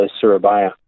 Surabaya